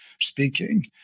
speaking